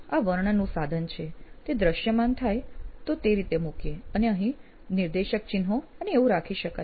આ વર્ણનું સાધન છે તે દ્રશ્યમાન થાય તે રીતે મૂકીએ અને અહીં નિર્દેશક ચિહ્નો અને એવું રાખી શકાય